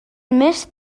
més